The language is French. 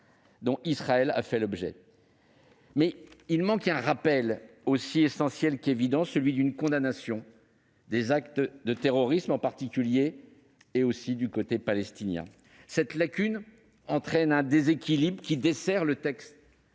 dont Israël a fait l'objet. Mais il manque un rappel aussi essentiel qu'évident : la condamnation des actes de terrorisme, en particulier ceux qui ont été commis du côté palestinien. Cette lacune entraîne un déséquilibre qui dessert le texte